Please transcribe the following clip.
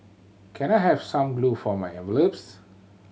can I have some glue for my envelopes